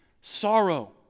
Sorrow